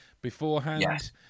beforehand